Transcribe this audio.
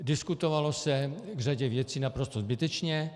Diskutovalo se k řadě věcí naprosto zbytečně.